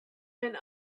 and